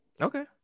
Okay